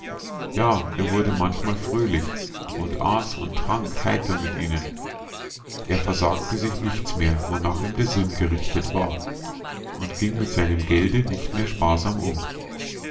ja er wurde manchmal fröhlich und aß und trank heiter mit ihnen er versagte sich nichts mehr wonach ihm der sinn gerichtet war und ging mit seinem gelde nicht mehr sparsam um